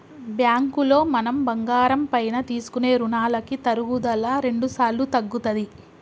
బ్యాంకులో మనం బంగారం పైన తీసుకునే రుణాలకి తరుగుదల రెండుసార్లు తగ్గుతది